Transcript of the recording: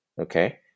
okay